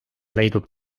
leidub